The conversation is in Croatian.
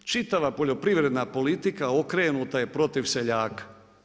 Čitava poljoprivredna politika okrenuta je protiv seljaka.